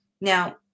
now